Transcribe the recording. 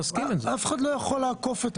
אף אחד לא יכול לעקוף.